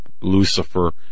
Lucifer